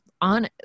on